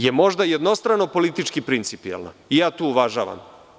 Ovo je možda jednostrano politički principijelno i to uvažavam.